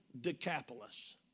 Decapolis